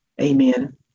amen